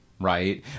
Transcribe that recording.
Right